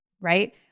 right